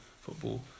football